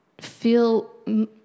feel